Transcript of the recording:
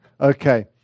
Okay